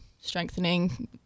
strengthening